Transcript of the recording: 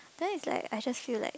then is like I just feel like